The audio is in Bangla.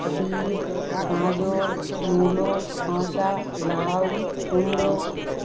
বিট গাজর মূলো শশা লাউ কুমড়ো